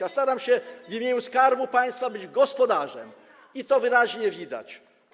Ja staram się w imieniu Skarbu Państwa być gospodarzem i to wyraźnie widać.